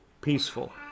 peaceful